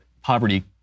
Poverty